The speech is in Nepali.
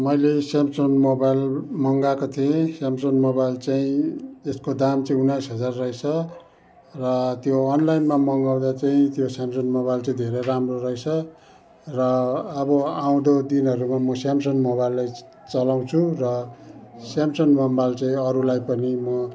मैले सेमसङ मोबाइल मगाएको थिएँ सेमसङ मोबाइल चाहिँ त्यसको दाम चाहिँ उन्नाइस हजार रहेछ र त्यो अनलाइनमा मगाउँदा चाहिँ त्यो सेमसङ मोबाइल चाहिँ धेरै राम्रो रहेछ र अब आउँदो दिनहरूमा म सेमसङ मोबाइल चलाउँछु र सेमसङ मोबाइल चाहिँ अरूलाई पनि म